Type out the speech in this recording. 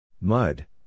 Mud